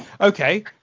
Okay